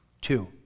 two